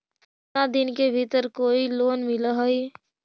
केतना दिन के भीतर कोइ लोन मिल हइ?